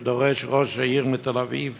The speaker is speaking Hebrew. שדורש ראש העיר תל אביב